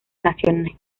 naciones